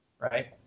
right